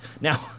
now